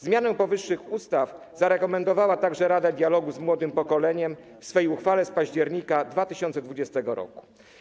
Zmianę powyższych ustaw zarekomendowała także Rada Dialogu z Młodym Pokoleniem w swej uchwale z października 2020 r.